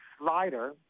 slider